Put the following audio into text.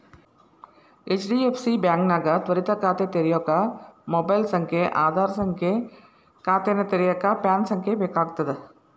HDFC ಬಾಂಕ್ನ್ಯಾಗ ತ್ವರಿತ ಖಾತೆ ತೆರ್ಯೋಕ ಮೊಬೈಲ್ ಸಂಖ್ಯೆ ಆಧಾರ್ ಸಂಖ್ಯೆ ಖಾತೆನ ತೆರೆಯಕ ಪ್ಯಾನ್ ಸಂಖ್ಯೆ ಬೇಕಾಗ್ತದ